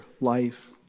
life